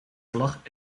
vlag